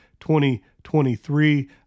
2023